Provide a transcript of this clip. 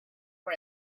for